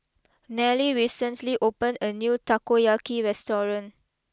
Nellie recently opened a new Takoyaki restaurant